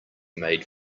made